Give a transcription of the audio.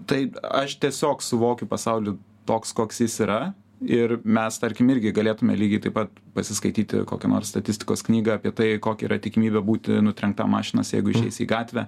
tai aš tiesiog suvokiu pasaulį toks koks jis yra ir mes tarkim irgi galėtume lygiai taip pat pasiskaityti kokią nors statistikos knygą apie tai kokia yra tikimybė būti nutrenktam mašinos jeigu išeisi į gatvę